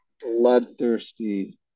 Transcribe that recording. bloodthirsty